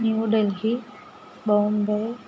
New Delhi Bombay